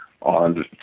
on